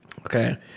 Okay